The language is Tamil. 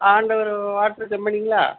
ஆண்டவர் வாட்டர் கம்பெனிங்களா